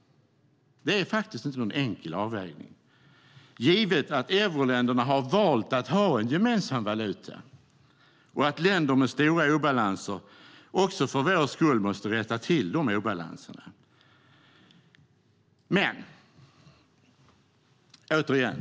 Det är det faktiskt inte, givet att euroländerna har valt att ha en gemensam valuta och att länder med stora obalanser också för vår skull måste rätta till de obalanserna.